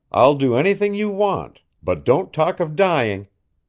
i'll do anything you want, but don't talk of dying.